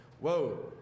Whoa